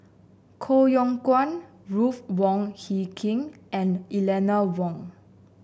Koh Yong Guan Ruth Wong Hie King and Eleanor Wong